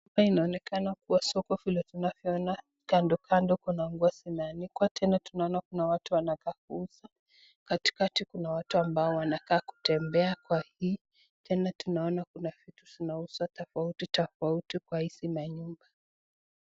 Hapa inaonekana soko vile tunavyoona kando kando kuna nguo zimeanikwa, tena tunaona kuna watu wanatafuta. Katikati kuna watu ambao wanakaa kutembea kwa [] tena tunaona vitu vinauzwa tofauti tofauti kwa hii hizi manyumba.